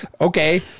okay